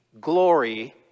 glory